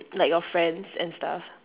like your friends and stuff